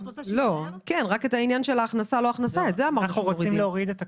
אנחנו רוצים להוריד את הכול.